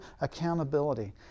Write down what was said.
accountability